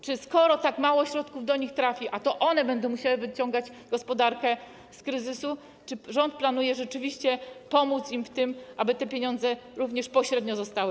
Czy skoro tak mało środków do nich trafi, a to oni będą musieli wyciągać gospodarkę z kryzysu, rząd planuje rzeczywiście pomóc im w tym, aby te pieniądze również pośrednio u nich zostały?